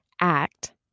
act